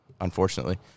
unfortunately